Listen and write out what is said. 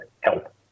help